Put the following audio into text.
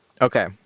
Okay